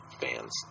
fans